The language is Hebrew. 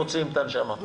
מוציאים את הנשמה.